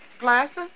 Glasses